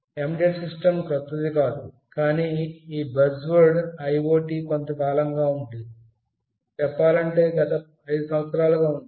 embedded system క్రొత్తది కాదు కానీ ఈ బజ్వర్డ్ IoT కొంతకాలంగా ఉంది చెప్పాలంటే గత 5 సంవత్సరాలుగా ఉంది